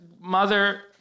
mother